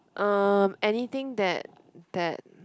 um anything that that